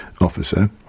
officer